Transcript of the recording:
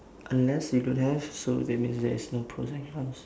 unless you don't have so that means there is no pros and cons